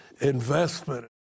investment